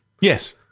Yes